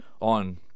on